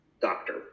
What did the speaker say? doctor